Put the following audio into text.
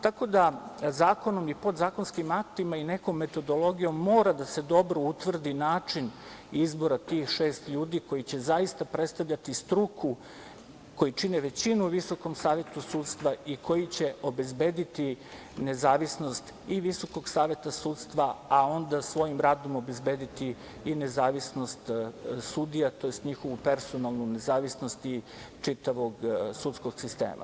Tako da zakonom i podzakonskim aktima i nekom metodologijom mora da se dobro utvrdi način izbora tih šest ljudi koji će zaista predstavljati struku, koji čine većinu u Visokom savetu sudstva i koji će obezbediti nezavisnost i Visokog saveta sudstva a onda svojim radom obezbediti i nezavisnost sudija, tj. njihovu personalnu nezavisnost i čitavog sudskog sistema.